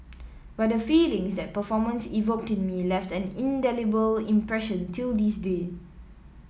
but the feelings that performance evoked in me left an indelible impression till this day